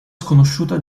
sconosciuta